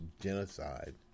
genocide